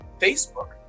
Facebook